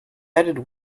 added